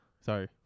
Sorry